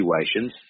situations